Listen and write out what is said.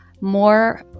more